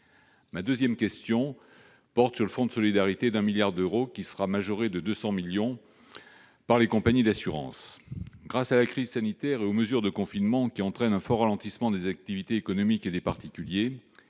Ma seconde question porte sur le fonds de solidarité d'un milliard d'euros, qui sera majoré de 200 millions d'euros par les compagnies d'assurance. Du fait de la crise sanitaire et des mesures de confinement, qui entraînent un fort ralentissement des activités, tant économiques que des particuliers,